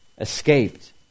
escaped